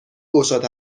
گشاد